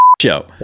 show